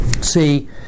See